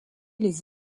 les